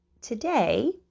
today